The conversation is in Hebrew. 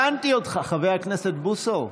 הבנתי אותך, חבר הכנסת בוסו.